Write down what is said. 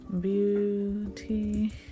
Beauty